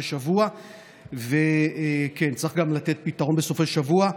שבוע וצריך גם לתת פתרון בסופי שבוע.